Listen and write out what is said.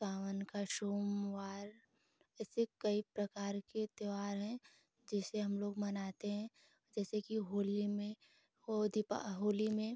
सावन का सोमवार ऐसे कई प्रकार के त्योहार हैं जिसे हमलोग मनाते हैं जैसे कि होली में और दीपा होली में